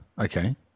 Okay